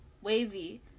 Wavy